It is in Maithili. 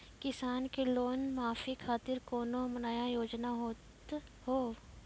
किसान के लोन माफी खातिर कोनो नया योजना होत हाव?